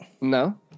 No